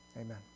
Amen